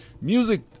music